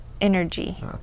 energy